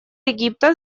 египта